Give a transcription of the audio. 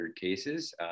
cases